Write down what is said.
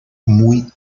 muy